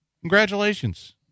Congratulations